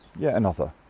yet another.